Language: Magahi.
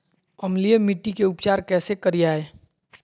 अम्लीय मिट्टी के उपचार कैसे करियाय?